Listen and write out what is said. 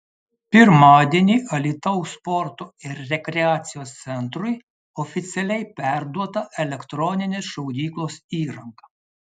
pirmadienį alytaus sporto ir rekreacijos centrui oficialiai perduota elektroninės šaudyklos įranga